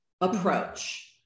approach